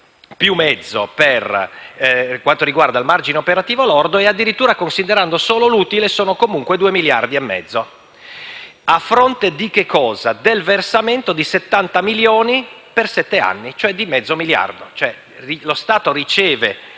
più mezzo, per quanto riguarda il margine operativo lordo e, addirittura, considerando solo l'utile, sono comunque due miliardi e mezzo. Questo a fronte di che cosa? Del versamento di settanta milioni per sette anni, cioè di mezzo miliardo.